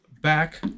back